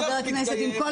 חברי הכנסת אופיר ואופיר.